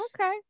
okay